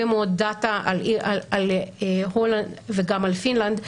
מאוד דאטה על הולנד וגם על פינלנד.